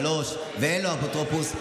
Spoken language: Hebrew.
שלושה ואין לו אפוטרופוס,